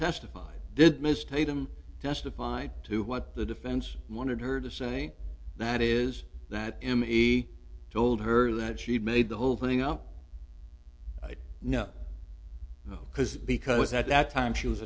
testify did misstate him testified to what the defense wanted her to say that is that him if he told her that she'd made the whole thing up no no because because at that time she was